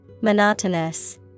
Monotonous